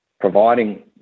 providing